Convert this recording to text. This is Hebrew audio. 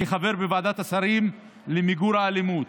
כחבר בוועדת השרים למיגור האלימות,